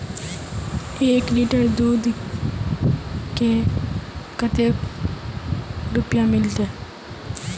एक लीटर दूध के कते रुपया मिलते?